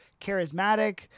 charismatic